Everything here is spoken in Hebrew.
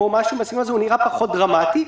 זה נראה פחות דרמטי.